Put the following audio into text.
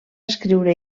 escriure